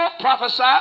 prophesy